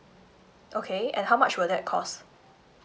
okay and how much will that cost